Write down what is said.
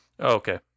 Okay